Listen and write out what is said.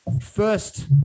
First